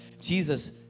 Jesus